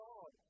God